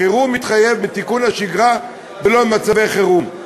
החירום מתחייב מתיקון השגרה ולא ממצבי חירום.